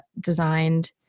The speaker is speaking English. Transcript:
designed